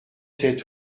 sept